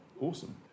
awesome